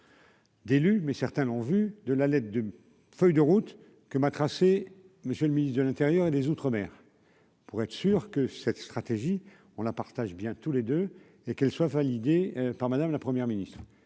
D'élus, mais certains l'ont vu de la lettre de feuille de route que ma tracé, monsieur le ministre de l'Intérieur et des Outre-mer pour être sûr que cette stratégie, on la partage bien tous les deux et qu'elle soit validée par Madame la première ministre,